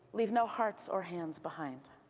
leave no hearts or hands behind.